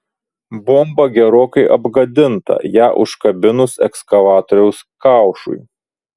bomba gerokai apgadinta ją užkabinus ekskavatoriaus kaušui